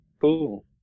Cool